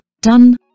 done